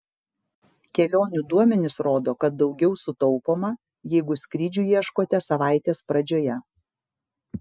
kelionių duomenys rodo kad daugiau sutaupoma jeigu skrydžių ieškote savaitės pradžioje